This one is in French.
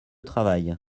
travail